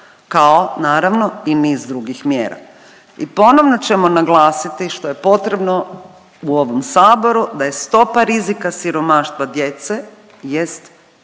kao naravno i niz drugih mjera. I ponovno ćemo naglasiti što je potrebno u ovom Saboru da je stopa rizika siromaštva djece